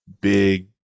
big